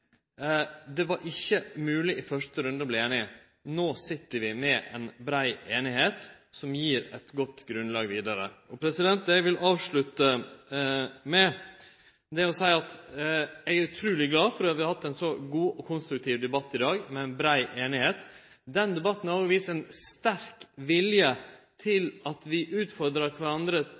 Det var ikkje mogleg i første runde å verte einige. No sit vi med ei brei einigheit, som gir eit godt grunnlag vidare. Eg vil avslutte med å seie at eg er utruleg glad for at vi har hatt ein så god og konstruktiv debatt i dag – med brei einigheit. Denne debatten har òg vist ein sterk vilje til å utfordre kvarandre